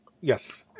Yes